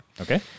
Okay